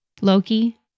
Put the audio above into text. Loki